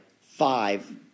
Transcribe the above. five